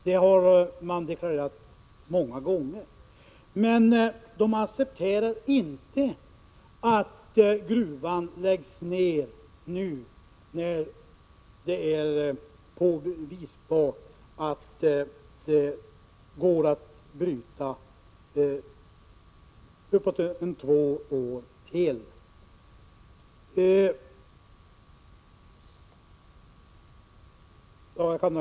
Det har man deklarerat många gånger. Men de accepterar inte att gruvan läggs ned nu när det är påvisat att det går att bryta malm två år till.